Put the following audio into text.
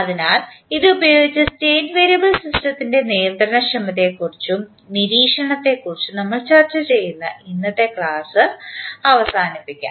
അതിനാൽ ഇതുപയോഗിച്ച് state variable സിസ്റ്റത്തിൻറെ നിയന്ത്രണക്ഷമതയെക്കുറിച്ചും നിരീക്ഷണത്തെക്കുറിച്ചും നമ്മൾ ചർച്ച ചെയ്യുന്ന ഇന്നത്തെ ക്ലാസ്സ് അവസാനിപ്പിക്കാം